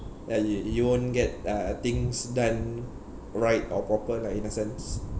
and you you won't get uh things done right or proper lah in a sense